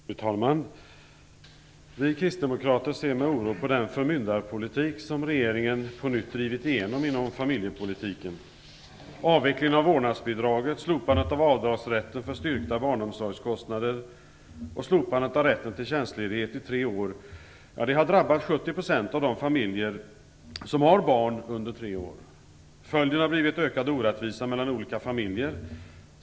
Fru talman! Vi kristdemokrater ser med oro på den förmyndarpolitik som regeringen på nytt har drivit igenom inom familjepolitiken. Avvecklingen av vårdnadsbidraget, slopandet av avdragsrätten för styrkta barnomsorgskostnader och slopandet av rätten till tjänstledighet i tre år har drabbat 70 % av de familjer som har barn under tre år. Följden har blivit en ökad orättvisa mellan olika familjer.